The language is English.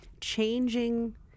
changing